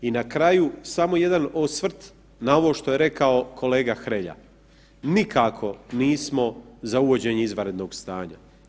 I na kraju samo jedan osvrt na ovo što je rekao kolega Hrelja, nikao nismo za uvođenje izvanrednog stanja.